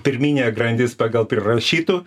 pirminė grandis pagal prirašytų